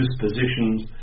positions